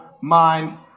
mind